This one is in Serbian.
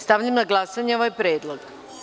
Stavljam na glasanje ovaj predlog.